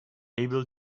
able